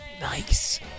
Nice